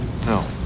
No